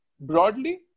broadly